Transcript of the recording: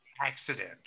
accident